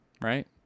right